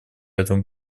этому